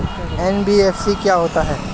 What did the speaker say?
NBFC क्या होता है?